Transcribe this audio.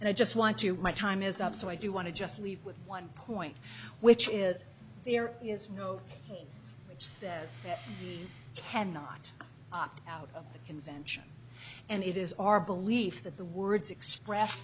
and i just want you my time is up so i do want to just leave with one point which is there is no case which says that you cannot opt out of the convention and it is our belief that the words expressed